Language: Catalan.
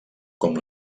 com